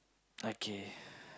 okay